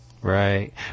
Right